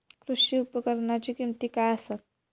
कृषी उपकरणाची किमती काय आसत?